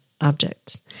objects